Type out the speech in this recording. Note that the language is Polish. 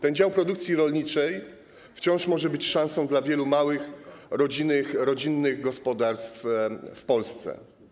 Ten dział produkcji rolniczej wciąż może być szansą dla wielu małych, rodzinnych gospodarstw w Polsce.